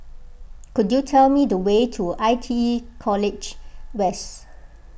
could you tell me the way to I T E College West